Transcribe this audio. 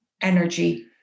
energy